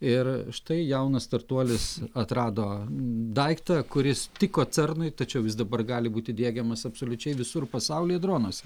ir štai jaunas startuolis atrado daiktą kuris tiko cernui tačiau jis dabar gali būti diegiamas absoliučiai visur pasauly dronuose